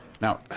Now